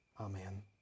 Amen